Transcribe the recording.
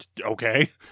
Okay